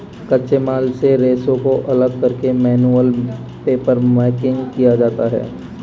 कच्चे माल से रेशों को अलग करके मैनुअल पेपरमेकिंग किया जाता है